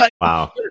Wow